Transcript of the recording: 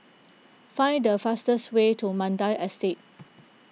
find the fastest way to Mandai Estate